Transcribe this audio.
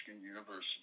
University